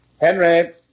Henry